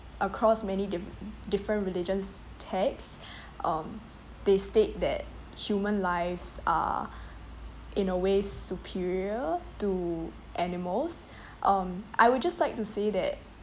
across many diff~ different religions' texts um they state that human lives are in a way superior to animals um I would just like to say that